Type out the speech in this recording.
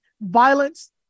violence